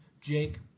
Jake